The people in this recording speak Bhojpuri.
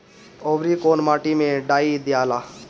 औवरी कौन माटी मे डाई दियाला?